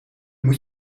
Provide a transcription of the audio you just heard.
moet